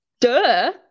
duh